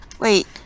Wait